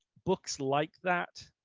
books like that.